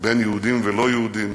בין יהודים ולא יהודים,